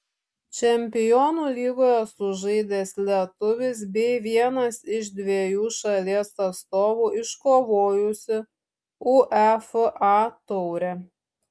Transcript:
čempionų lygoje sužaidęs lietuvis bei vienas iš dviejų šalies atstovų iškovojusių uefa taurę